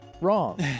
wrong